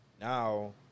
Now